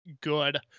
Good